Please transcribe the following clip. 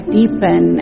deepen